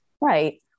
Right